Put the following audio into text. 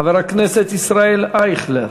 חבר הכנסת ישראל אייכלר,